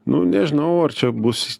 nu nežinau ar čia bus